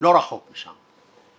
רחוק משם.